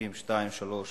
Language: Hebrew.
בסעיפים 2, 3,